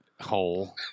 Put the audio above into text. Hole